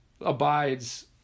abides